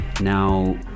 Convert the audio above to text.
Now